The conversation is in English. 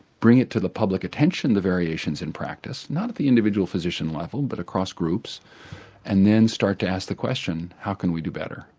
bring it to the public attention the variations in practice. not at the individual physician level but across groups and then start to ask the question how can we do better,